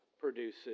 produces